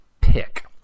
pick